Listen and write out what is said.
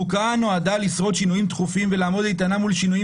חוקה נועדה לשרוד שינויים תכופים ולעמוד איתנה מול שינויים